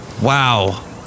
Wow